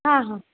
हां हां